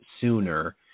sooner